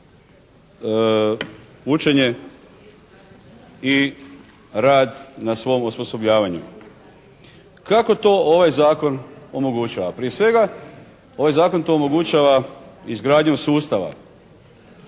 učenje i rad na svom osposobljavanju. Kako to ovaj Zakon omogućava? Prije svega, ovaj Zakon to omogućava izgradnjom sustava.